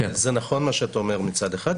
זה נכון מה שאתה אומר מצד אחד,